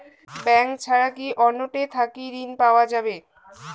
Bank ছাড়া কি অন্য টে থাকি ঋণ পাওয়া যাবে?